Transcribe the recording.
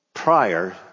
prior